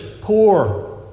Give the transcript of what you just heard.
poor